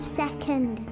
second